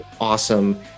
awesome